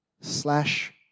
slash